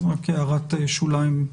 זו רק הערת שוליים.